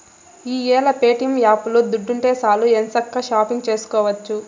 ఈ యేల ప్యేటియం యాపులో దుడ్డుంటే సాలు ఎంచక్కా షాపింగు సేసుకోవచ్చు